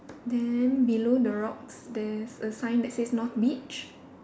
then below the rocks there's a sign that says north beach